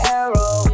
arrow